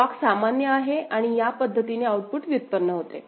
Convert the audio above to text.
clock सामान्य आहे आणि या पद्धतीने आउटपुट व्युत्पन्न होते